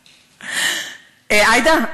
עאידה,